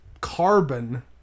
Carbon